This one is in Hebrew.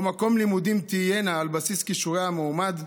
למקום לימודים תהיינה על בסיס כישורי המועמד,